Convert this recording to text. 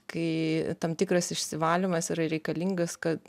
kai tam tikras išsivalymas yra reikalingas kad